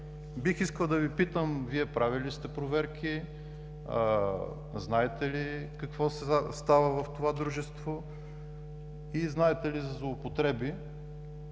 Бих искал да Ви питам: Вие правили ли сте проверки, знаете ли какво става в това дружество и знаете ли за злоупотреби